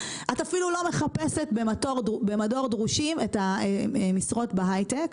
את אפילו לא מחפשת במדור דרושים את המשרות בהייטק.